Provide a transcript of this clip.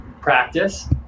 practice